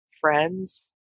friends